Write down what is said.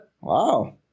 Wow